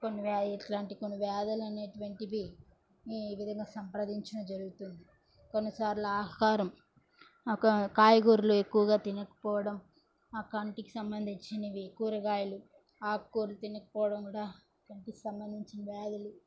కొన్ని వ్యా ఇట్లాంటి కొన్ని వ్యాధులు అనేటువంటివి ఈ విధంగా సంప్రదించడం జరుగుతుంది కొన్నిసార్లు ఆహారం కాయగూరలు ఎక్కువగా తినకపోవడం ఆ కంటికి సంబంధించినవి కూరగాయలు ఆకుకూరలు తినకపోవడం కూడా కంటికి సంబంధించిన వ్యాధులు